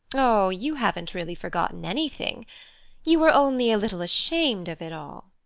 oh, you haven't really forgotten anything you are only a little ashamed of it all.